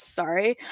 sorry